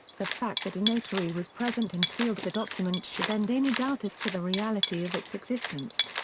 the fact that a notary was present and sealed the document should end any doubt as to the reality of its existence.